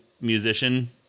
musician